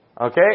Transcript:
okay